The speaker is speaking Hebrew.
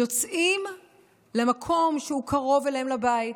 יוצאים למקום שהוא קרוב אליהם לבית,